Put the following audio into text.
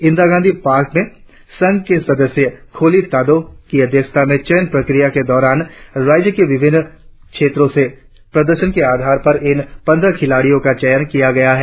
Indira Gandhi park में संघ के सदस्य खोलि तादो की अध्यक्षता में चयन प्रक्रिया के दौरान राज्य के विभिन्न क्षेत्रों से प्रदर्शन के आधार पर इन पंद्रह खिलाड़ियों का चयन किया गया है